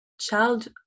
child